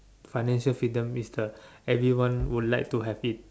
financial freedom is the everyone would like to have it